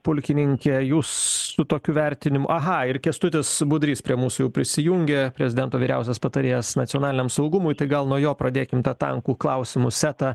pulkininke jūs su tokiu vertinimu aha ir kęstutis budrys prie mūsų jau prisijungia prezidento vyriausias patarėjas nacionaliniam saugumui tai gal nuo jo pradėkim tankų klausimu setą